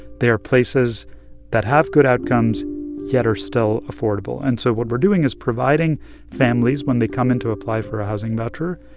they are places that have good outcomes yet are still affordable. and so what we're doing is providing families, when they come in to apply for a housing voucher,